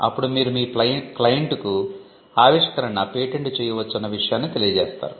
అప్పుడు మీరు మీ క్లయింట్కు ఆవిష్కరణ పేటెంట్ చేయవచ్చు అన్న విషయాన్ని తెలియచేస్తారు